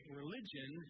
religion